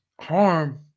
harm